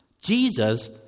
Jesus